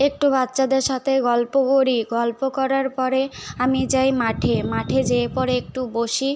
একটু বাচ্চাদের সাথে গল্প করি গল্প করার পরে আমি যাই মাঠে মাঠে যেয়ে পরে একটু বসি